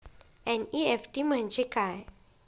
NEFT म्हणजे काय?